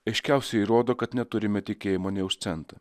aiškiausiai rodo kad neturime tikėjimo nė už centą